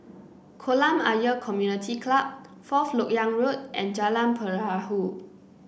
Kolam Ayer Community Club Fourth LoK Yang Road and Jalan Perahu